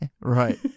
Right